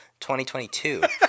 2022